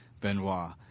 Benoit